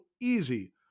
easy